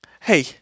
Hey